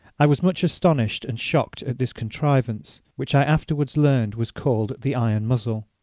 i was much astonished and shocked at this contrivance, which i afterwards learned was called the iron muzzle.